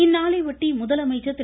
இந்நாளையொட்டி முதலமைச்சர் திரு